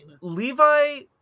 Levi